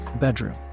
Bedroom